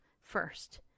first